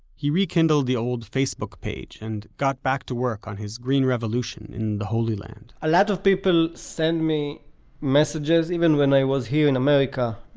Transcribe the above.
he rekind led the old facebook page and got back to work on his green revolution in the holy land a lot of people send me messages even when i was here in america,